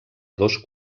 dos